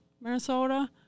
Minnesota